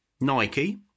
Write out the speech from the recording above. Nike